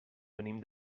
venim